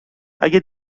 اگه